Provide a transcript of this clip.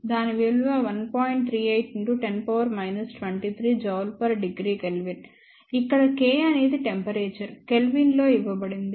38 x 10 23 J °K ఇక్కడ K అనేది temperature కెల్విన్లో ఇవ్వబడినది